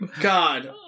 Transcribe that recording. God